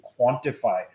quantify